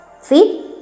See